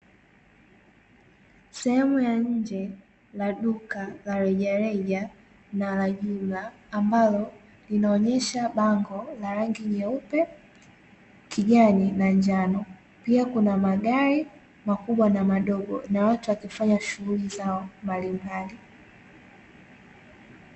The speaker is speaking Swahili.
Sehemu ya nje la duka la rejareja na la jumla ambalo linaonyesha bango la rangi nyeupe, kijani na njano. Pia kuna magari makubwa na madogo, na watu wakifanya shughuli zao mbalimbali.